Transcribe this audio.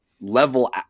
level